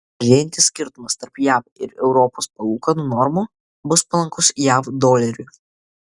mažėjantis skirtumas tarp jav ir europos palūkanų normų bus palankus jav doleriui